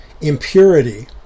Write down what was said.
impurity